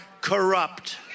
corrupt